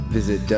Visit